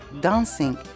dancing